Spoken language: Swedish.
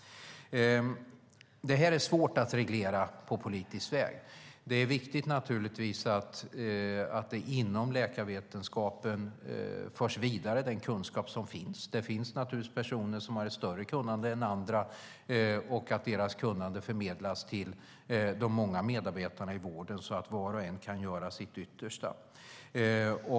Detta är svårt att reglera på politisk väg. Det är viktigt att man inom läkarvetenskapen för den kunskap som finns vidare. Det finns naturligtvis personer som har ett större kunnande än andra, och det är viktigt att deras kunnande förmedlas till de många medarbetarna i vården så att var och en kan göra sitt yttersta.